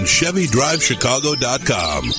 ChevyDriveChicago.com